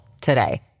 today